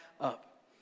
up